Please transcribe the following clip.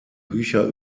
bücher